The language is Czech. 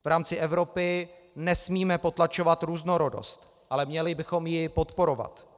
V rámci Evropy nesmíme potlačovat různorodost, ale měli bychom ji podporovat.